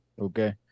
okay